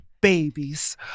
babies